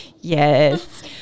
Yes